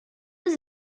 was